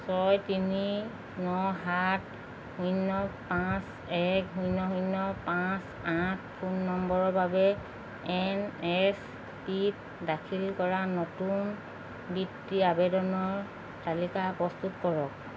ছয় তিনি ন সাত শূন্য পাঁচ এক শূন্য শূন্য পাঁচ আঠ ফোন নম্বৰৰ বাবে এন এছ পি ত দাখিল কৰা নতুন বৃত্তি আবেদনৰ তালিকা প্ৰস্তুত কৰক